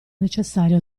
necessario